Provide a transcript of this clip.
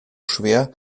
schwer